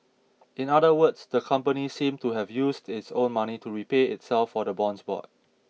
in other words the company seem to have used its own money to repay itself for the bonds bought